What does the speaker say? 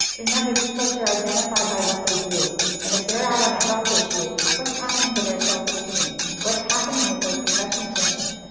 remember these folks are identified by what they do. and if they're out on a health issue, what's happening to their self-esteem. what's happening with those depression symptoms.